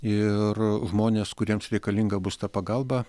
ir žmonės kuriems reikalinga bus ta pagalba